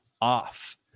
off